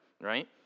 right